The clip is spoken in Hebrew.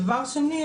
הדבר השני,